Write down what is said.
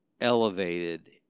elevated